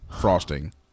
frosting